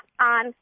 on